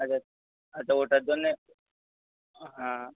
আচ্ছা আচ্ছা ওটার জন্যে হ্যাঁ